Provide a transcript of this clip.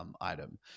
Item